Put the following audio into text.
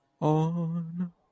On